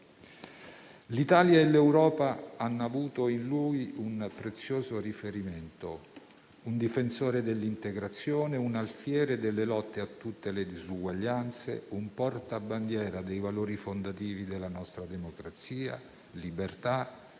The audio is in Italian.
L'Italia e l'Europa hanno avuto in lui un prezioso riferimento, un difensore dell'integrazione, un alfiere delle lotte a tutte le disuguaglianze, un portabandiera dei valori fondativi della nostra democrazia: libertà,